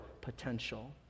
potential